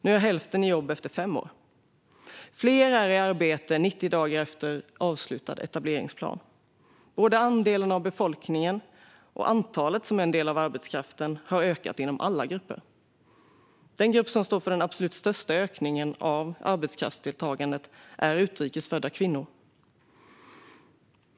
Nu är hälften i jobb efter fem år. Fler är i arbete 90 dagar efter avslutad etableringsplan. Både andelen av befolkningen och antalet som är en del av arbetskraften har ökat inom alla grupper. Den grupp som står för den absolut största ökningen av arbetskraftsdeltagandet är utrikesfödda kvinnor.